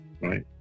right